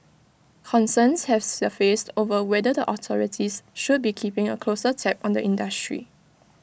concerns have surfaced over whether the authorities should be keeping A closer tab on the industry